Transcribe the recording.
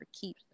keep